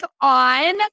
on